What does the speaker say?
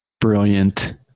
Brilliant